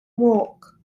walk